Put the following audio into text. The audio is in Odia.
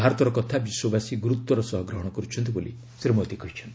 ଭାରତର କଥା ବିଶ୍ୱବାସୀ ଗୁରୁତର ସହ ଗ୍ରହଣ କରୁଛନ୍ତି ବୋଲି ଶୀ ମୋଦୀ କହିଛନ୍ତି